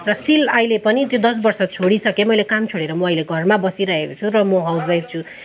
र स्टिल अहिले पनि त्यो दस वर्ष छोडिसकेँ मैले काम छोडेर म अहिले घरमा बसिरहेको छु र म हाउसवाइफ छु